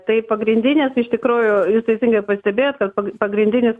tai pagrindinės iš tikrųjų jūs teisingai pastebėjot kad pagrindinis